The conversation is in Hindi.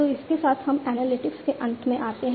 तो इसके साथ हम एनालिटिक्स के अंत में आते हैं